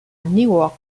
newark